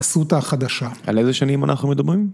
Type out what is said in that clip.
תעשו אותה חדשה. על איזה שנים אנחנו מדברים?